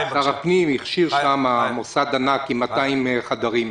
שר הפנים הכשיר שם מוסד ענק עם 200 חדרים.